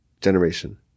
generation